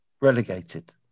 relegated